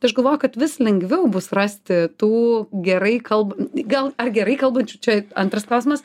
tai aš galvoju kad vis lengviau bus rasti tų gerai kalb gal ar gerai kalbančių čia antras klausimas